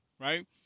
right